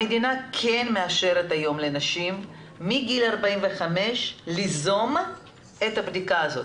המדינה כן מאפשרת היום לנשים מגיל 45 ליזום את הבדיקה הזאת.